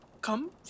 come